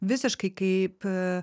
visiškai kaip